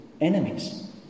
enemies